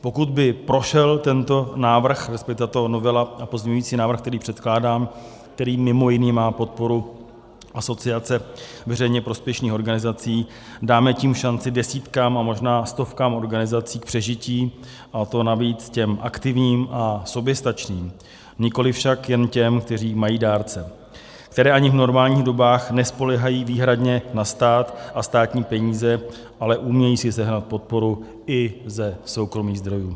Pokud by prošel tento návrh, resp. tato novela a pozměňovací návrh, který předkládám a který mj. má podporu Asociace veřejně prospěšných organizací, dáme tím šanci desítkám a možná stovkám organizací k přežití, a to navíc těm aktivním a soběstačným, nikoli však jen těm, které mají dárce, které ani v normálních dobách nespoléhají výhradně na stát a státní peníze, ale umějí si sehnat podporu i ze soukromých zdrojů.